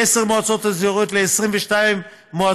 מעשר מועצות אזוריות ל-22 מועצות.